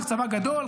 צריך צבא גדול,